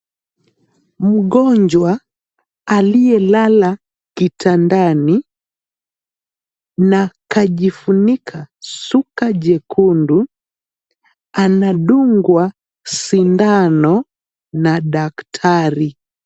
Mgonjwa aliyelala kitandani, na kajifunika shuka jekundu, anadungwa sindano na daktari.